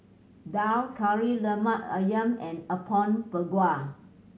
daal Kari Lemak Ayam and Apom Berkuah